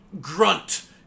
Grunt